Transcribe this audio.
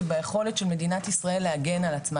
וביכולת של מדינת ישראל להגן על עצמה,